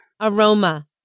aroma